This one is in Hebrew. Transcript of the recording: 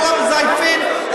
כל המזייפים,